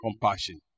compassion